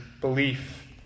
belief